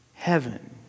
heaven